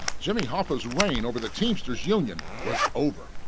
jimmy hoffa's reign over the teamster's union was over.